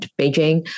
Beijing